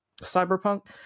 Cyberpunk